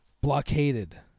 blockaded